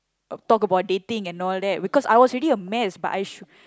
talk about dating and all that because I was already a mess but I should